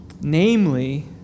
Namely